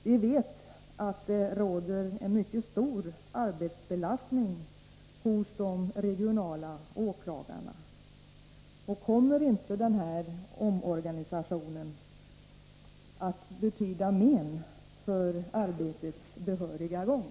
Vi vet att arbetsbelastningen på de regionala åklagarna är mycket stor. Kommer inte den här omorganisationen att betyda men för arbetets behöriga gång?